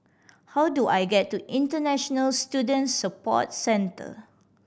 how do I get to International Student Support Centre